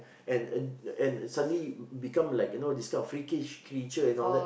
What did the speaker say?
and and and suddenly become like you know this kind of freakish creature and all that